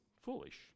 foolish